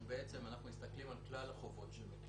אנחנו מסתכלים על כלל החובות שלו,